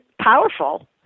powerful